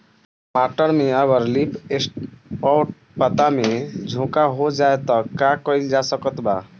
टमाटर में अगर लीफ स्पॉट पता में झोंका हो जाएँ त का कइल जा सकत बा?